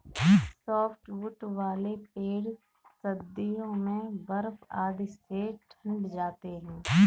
softwood वाले पेड़ सर्दियों में बर्फ आदि से ढँक जाते हैं